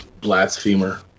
Blasphemer